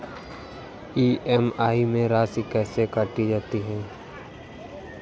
EMI में राशि कैसे काटी जाती है?